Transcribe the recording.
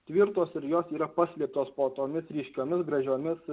tvirtos ir jos yra paslėptos po tomis ryškiomis gražiomis